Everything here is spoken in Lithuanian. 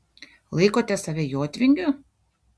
laikote save jotvingiu